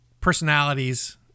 Personalities